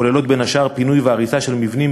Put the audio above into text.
הכוללות בין השאר פינוי והריסה של מבנים